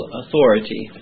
authority